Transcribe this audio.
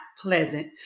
pleasant